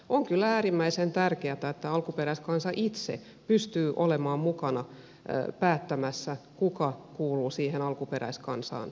on kyllä äärimmäisen tärkeätä että alkuperäiskansa itse pystyy olemaan mukana päättämässä kuka kuuluu siihen alkuperäiskansaan ja kuka ei